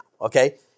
okay